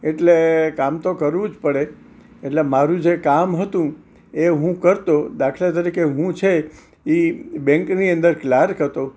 એટલે કામ તો કરવું જ પડે એટલે મારું જે કામ હતું એ હું કરતો દાખલા તરીકે હું છે ઈ બેન્કની અંદર ક્લાર્ક હતો